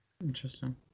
Interesting